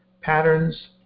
patterns